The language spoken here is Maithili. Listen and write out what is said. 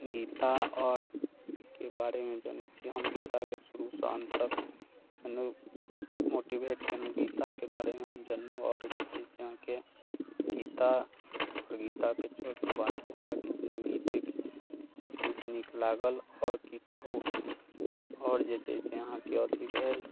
गीता आओरके बारेमे जनै छी हम गीताके शुरूसँ अन्त तक मोटिवेट केलहुँ गीताके बारेमे हम जनलहुँ आओर जे छै से अहाँके गीता आओर गीताके छोड़िके बाँकी हमरा किछु नहि गीतेके जे छै से नीक लागल आओर की कहू आओर जे छै से अहाँके अथी भेल